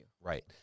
Right